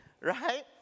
right